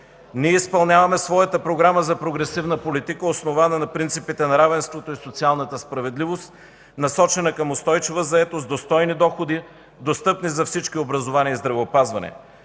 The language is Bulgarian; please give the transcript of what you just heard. Ние изпълняваме своята програма за прогресивна политика, основана на принципите на равенството и социалната справедливост, насочена към устойчива заетост, достойни доходи, достъпни за всички образование и здравеопазване.